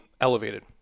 elevated